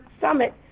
summit